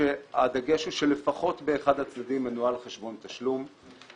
והדגש הוא שלפחות באחד הצדדים מנוהל חשבון תשלום.